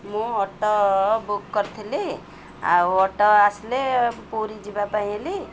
ମୁଁ auto book କରିଥିଲି ଆଉ ଅଟୋ ଆସିଲେ ପୁରୀ ଯିବା ପାଇଁ ହେଲି